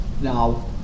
now